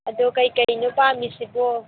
ꯑꯗꯣ ꯀꯔꯤ ꯀꯔꯤꯅꯣ ꯄꯥꯝꯃꯤꯁꯤꯕꯣ